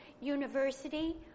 University